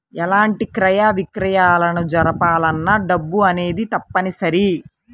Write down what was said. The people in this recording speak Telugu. ఎలాంటి క్రయ విక్రయాలను జరపాలన్నా డబ్బు అనేది తప్పనిసరి